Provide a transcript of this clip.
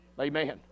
Amen